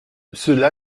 cela